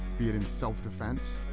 be it in self-defense.